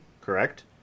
correct